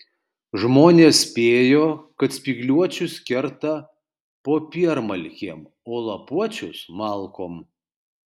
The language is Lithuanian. žmonės spėjo kad spygliuočius kerta popiermalkėm o lapuočius malkom